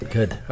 Good